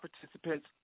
participants